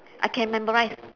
I can memorise